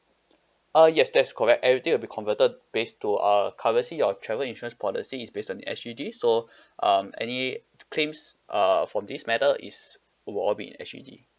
uh yes that's correct everything will be converted based to err currency your travel insurance policy is based on S_G_D so um any claims uh for this matter is will all be in S_G_D